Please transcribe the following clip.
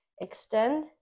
Extend